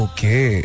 Okay